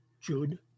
jude